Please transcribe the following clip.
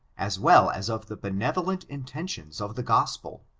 as well as of the benevolent intentions of the gospel.